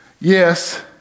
Yes